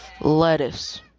Lettuce